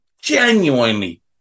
genuinely